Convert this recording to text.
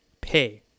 pay